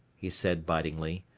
he said bitingly,